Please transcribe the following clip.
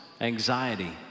anxiety